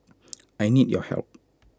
I need your help